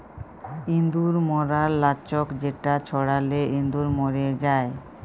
ইঁদুর ম্যরর লাচ্ক যেটা ছড়ালে ইঁদুর ম্যর যায়